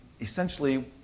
Essentially